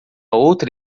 outra